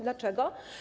Dlaczego?